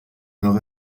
nova